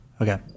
okay